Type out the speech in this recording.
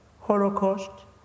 Holocaust